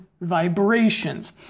vibrations